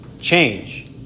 change